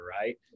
right